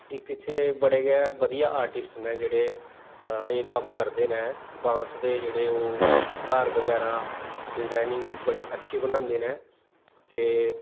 इक इत्थै बड़े गै बधिया आर्टिस्ट न जेहड़े एह् कम्म करदे न बांस दे जेहड़े ओह् घर बगैरा डिजायनिंग बड़ी अच्छी बनांदे न ते